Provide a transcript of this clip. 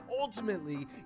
ultimately